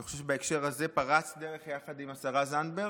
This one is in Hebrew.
אני חושב שבהקשר הזה פרצת דרך יחד עם השרה זנדברג,